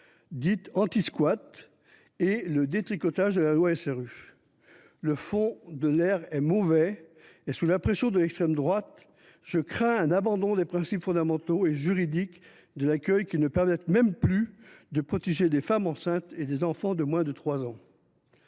à la solidarité et au renouvellement urbains). Le fond de l’air est mauvais et, sous la pression de l’extrême droite, je crains un abandon des principes fondamentaux et juridiques de l’accueil qui ne permettent même plus de protéger des femmes enceintes et des enfants de moins de 3 ans.